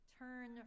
Turn